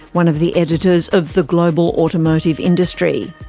one of the editors of the global automotive industry.